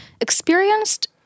experienced